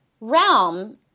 realm